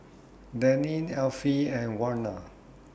Daneen Effie and Warner